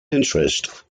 interest